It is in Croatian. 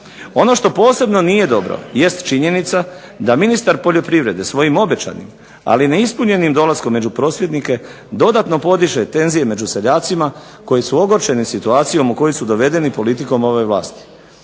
Ono što posebno nije dobro jest činjenica da ministar poljoprivrede svojim obećanim, ali i neispunjenim dolaskom među prosvjednike dodatno podiže tenzije među seljacima koji su ogorčeni situacijom u koju su dovedeni politikom ove vlasti.